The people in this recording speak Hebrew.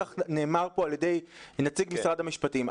כך נאמר פה על ידי נציג משרד המשפטים.